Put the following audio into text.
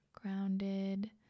grounded